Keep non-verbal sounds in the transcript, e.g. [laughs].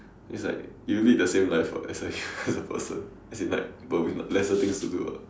it's like you would lead the same life [what] as any other person [laughs] as in like but with no lesser things to do [what]